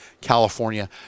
California